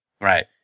Right